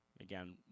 Again